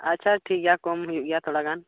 ᱟᱪᱪᱷᱟ ᱴᱷᱤᱠ ᱜᱮᱭᱟ ᱠᱚᱢ ᱦᱩᱭᱩᱜ ᱜᱮᱭᱟ ᱛᱷᱚᱲᱟ ᱜᱟᱱ